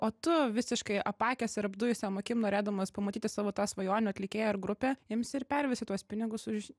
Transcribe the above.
o tu visiškai apakęs ir apdujusiom akim norėdamas pamatyti savo tą svajonių atlikėją ar grupę imsi ir pervesi tuos pinigus už